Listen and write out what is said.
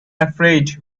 afraid